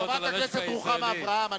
חברת הכנסת רוחמה אברהם,